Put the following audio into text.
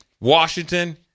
Washington